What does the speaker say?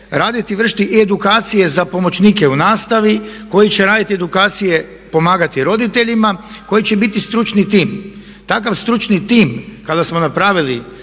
raditi i vršiti i edukacije za pomoćnike u nastavi, koji će raditi edukacije pomagati roditeljima, koji će biti stručni tim. Takav stručni tim kada smo napravili